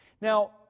Now